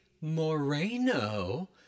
Moreno